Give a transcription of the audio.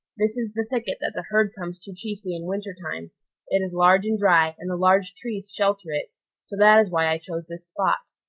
this is the thicket that the herd comes to chiefly in winter time it is large and dry, and the large trees shelter it so that is why i chose this spot.